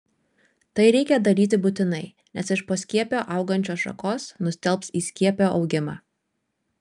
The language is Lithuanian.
tai reikia daryti būtinai nes iš poskiepio augančios šakos nustelbs įskiepio augimą